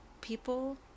people